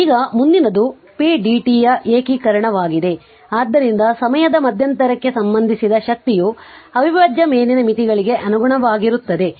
ಆದ್ದರಿಂದ ಈಗ ಮುಂದಿನದು pdt ಯ ಏಕೀಕರಣವಾಗಿದೆ ಆದ್ದರಿಂದ ಸಮಯದ ಮಧ್ಯಂತರಕ್ಕೆ ಸಂಬಂಧಿಸಿದ ಶಕ್ತಿಯು ಅವಿಭಾಜ್ಯ ಮೇಲಿನ ಮಿತಿಗಳಿಗೆ ಅನುಗುಣವಾಗಿರುತ್ತದೆ